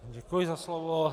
Děkuji za slovo.